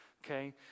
Okay